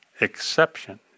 exception